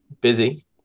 Busy